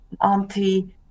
auntie